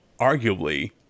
arguably